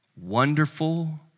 wonderful